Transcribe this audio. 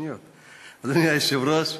אדוני היושב-ראש,